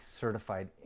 certified